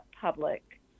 public